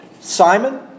Simon